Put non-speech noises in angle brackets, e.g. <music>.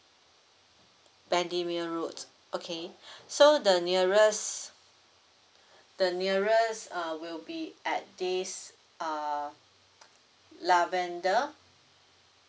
bendemeer road okay <breath> so the nearest <breath> the nearest uh will be at this uh lavender